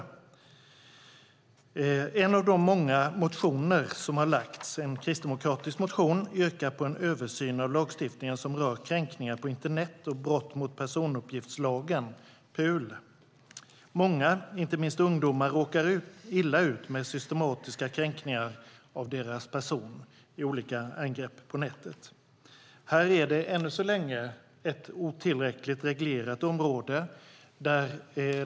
I en av de många motioner som har väckts, en kristdemokratisk motion, yrkar man på en översyn av lagstiftningen som rör kränkningar på internet och brott mot personuppgiftslagen, PUL. Många, inte minst ungdomar, råkar illa ut med systematiska kränkningar av deras person i olika angrepp på nätet. Här är det än så länge ett otillräckligt reglerat område.